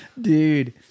Dude